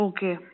Okay